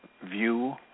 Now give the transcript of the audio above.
view